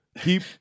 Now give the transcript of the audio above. keep